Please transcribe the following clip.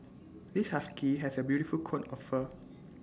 this husky has A beautiful coat of fur